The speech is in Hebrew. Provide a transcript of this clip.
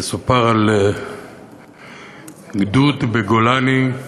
יסופר על גדוד בגולני,